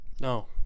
No